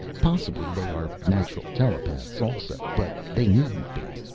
possibly they are natural telepaths also, but they needn't be.